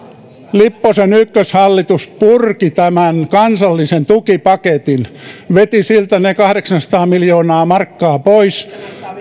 lipposen ykköshallitus purki tämän kansallisen tukipaketin veti siltä kahdeksansataa miljoonaa markkaa pois